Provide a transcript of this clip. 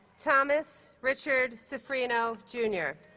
thomas richard cifrino jr.